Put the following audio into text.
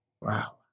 Wow